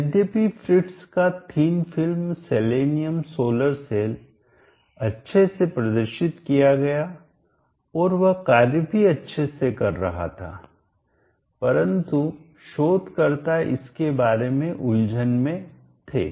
यद्यपि फ्रिट्ज का thin film selenium solar cell अच्छे से प्रदर्शित किया गया और वह कार्य भी अच्छे से कर रहा था परंतु शोधकर्ता इसके बारे में उलझन में थे